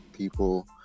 people